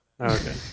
Okay